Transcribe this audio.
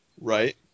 right